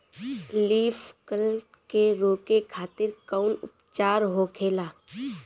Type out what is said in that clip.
Leaf curl के रोके खातिर कउन उपचार होखेला?